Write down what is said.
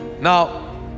Now